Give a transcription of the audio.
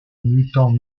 mutant